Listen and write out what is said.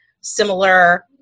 similar